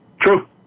True